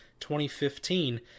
2015